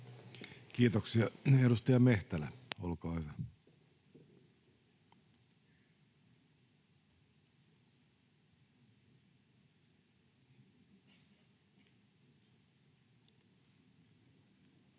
Kiitoksia. — Edustaja Mehtälä, olkaa hyvä. Arvoisa